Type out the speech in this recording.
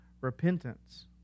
repentance